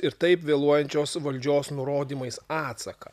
ir taip vėluojančios valdžios nurodymais atsaką